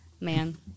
Man